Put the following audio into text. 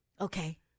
Okay